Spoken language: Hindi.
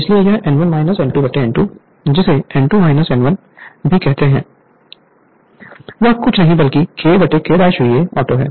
इसलिए यह N1 N2N2 जिसे N2 N1 भी कहते हैं वह कुछ नहीं बल्कि K K VA ऑटो है